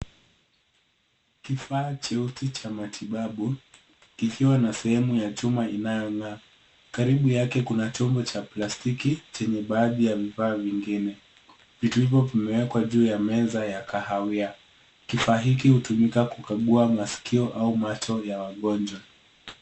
Kifaa cheusi cha matibabu kikiwa na sehemu ya chuma inayong'aa. Karibu yake kuna chombo cha plastiki chenye baadhi ya vifaa vingine. Vitu hivyo vimewekwa juu ya meza ya kahawia. Kifaa hiki hutumika kukagua masikio au macho ya wagonjwa.